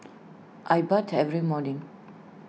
I bathe every morning